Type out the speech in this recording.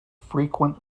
frequent